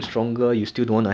rank or